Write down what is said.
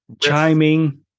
chiming